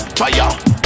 fire